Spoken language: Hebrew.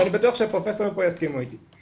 ואני בטוח שהפרופסורים פה יסכימו איתי.